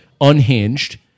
unhinged